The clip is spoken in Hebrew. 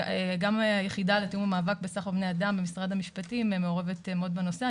גם היחידה לתיאום המאבק בסחר בבני אדם במשרד המשפטים מעורבת מאוד בנושא.